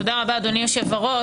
תודה רבה, אדוני יושב-הראש.